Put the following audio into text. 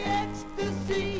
ecstasy